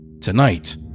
tonight